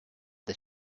the